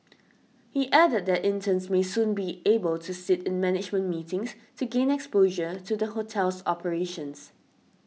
he added that interns may soon be able to sit in management meetings to gain exposure to the hotel's operations